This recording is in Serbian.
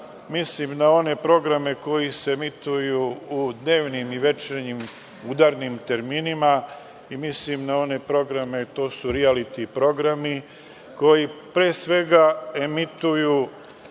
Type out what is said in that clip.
mislim na one programe koji se emituju u dnevnim i večernjim udarnim terminima i mislim na rilajiti programe, koji pre svega emituju